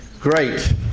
great